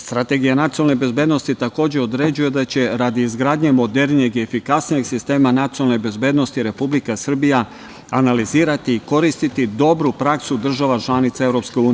Strategija nacionalne bezbednosti, takođe, određuje da će radi izgradnje modernijeg i efikasnijeg sistema nacionalne bezbednosti Republika Srbija analizirati i koristiti dobru praksu država članica EU.